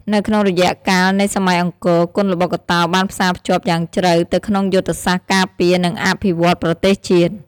នៅក្នុងរយៈកាលនៃសម័យអង្គរគុនល្បុក្កតោបានផ្សារភ្ជាប់យ៉ាងជ្រៅទៅក្នុងយុទ្ធសាស្ត្រការពារ និងអភិវឌ្ឍន៍ប្រទេសជាតិ។